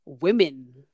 Women